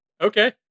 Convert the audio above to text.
Okay